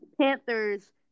Panthers